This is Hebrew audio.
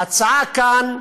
ההצעה כאן,